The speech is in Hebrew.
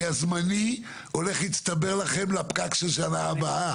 כי הזמני הולך להצטבר לכם לפקק של שנה הבאה.